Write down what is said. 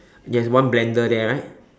he has one blender there right